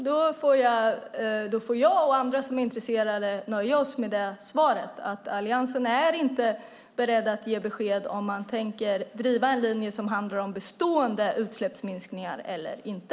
Herr talman! Jag och andra intresserade får nöja oss med svaret att Alliansen inte är beredd att ge besked om huruvida man tänker driva en linje som handlar om bestående utsläppsminskningar eller inte.